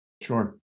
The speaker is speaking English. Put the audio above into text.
sure